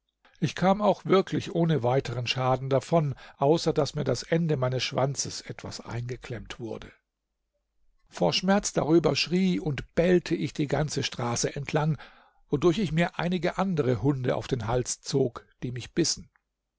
ich kam auch wirklich ohne weiteren schaden davon außer daß mir das ende meines schwanzes etwas eingeklemmt wurde vor schmerz darüber schrie und bellte ich die ganze straße entlang wodurch ich mir einige andere hunde auf den hals zog die mich bissen